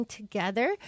together